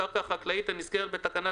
אבל מגיע הרגע שבו אנחנו צריכים להגיד: די,